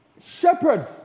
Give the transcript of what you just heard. shepherds